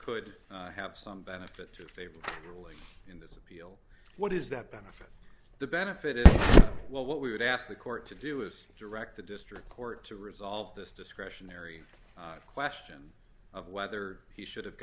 could have some benefit to favor the ruling in this appeal what is that benefit the benefit if what we would ask the court to do is directed district court to resolve this discretionary question of whether he should have